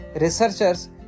researchers